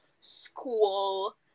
school